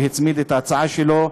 שהצמיד את ההצעה שלו,